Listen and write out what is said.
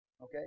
Okay